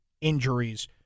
injuries